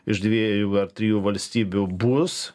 iš dviejų ar trijų valstybių bus